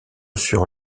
sur